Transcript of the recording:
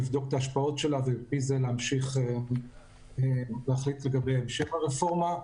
לבדוק את ההשפעות שלה ולפי זה להחליט לגבי המשך הרפורמה,